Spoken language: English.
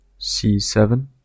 c7